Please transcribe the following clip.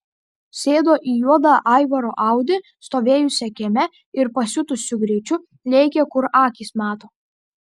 sėdo į juodą aivaro audi stovėjusią kieme ir pasiutusiu greičiu lėkė kur akys mato